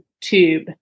tube